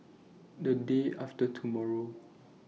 The Day after tomorrow